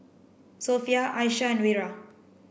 Sofea Aisyah and Wira